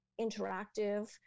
interactive